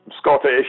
Scottish